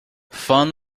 fun